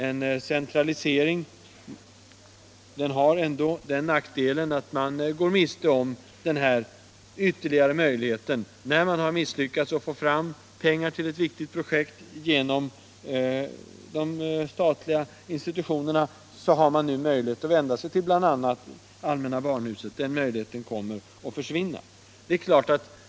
En centralisering har ändå den nackdelen att man går miste om ytterligare en möjlighet att skaffa fram pengar sets tillgångar för viktiga projekt. När man har misslyckats att få fram medel genom de statliga institutionerna har man hittills kunnat vända sig till allmänna barnhuset. Den möjligheten kommer att försvinna om utskottets förslag vinner kammarens bifall.